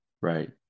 right